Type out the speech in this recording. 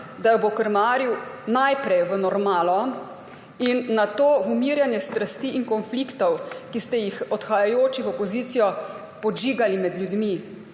da jo bo krmaril najprej v normalo in nato v umirjanje strasti in konfliktov, ki ste jih odhajajoči v opozicijo podžigali med ljudmi,